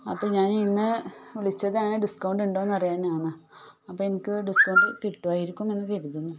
അപ്പം ഞാൻ ഇന്നു വിളിച്ചതാണ് ഡിസ്കൗണ്ട് ഉണ്ടോയെന്നു അറിയാനാണ് അപ്പോൾ എനിക്ക് ഡിസ്കൗണ്ട് കിട്ടുമായിരിക്കും എന്നു കരുതുന്നു